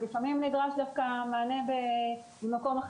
ולפעמים נדרש דווקא מענה יותר טיפולי.